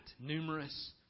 numerous